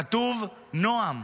כתוב: נעם.